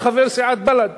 אתה חבר סיעת בל"ד,